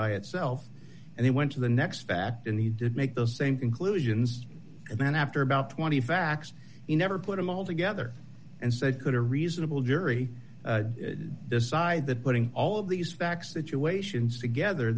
by itself and he went to the next fact and he did make those same conclusions and then after about twenty facts he never put them all together and said could a reasonable jury decide that putting all of these facts situations together